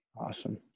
awesome